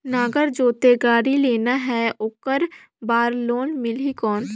नागर जोते गाड़ी लेना हे ओकर बार लोन मिलही कौन?